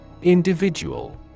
individual